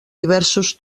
diversos